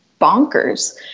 bonkers